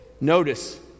Notice